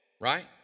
right